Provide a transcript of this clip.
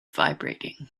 vibrating